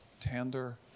tender